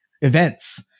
events